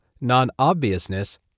non-obviousness